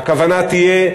והכוונה תהיה,